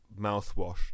mouthwash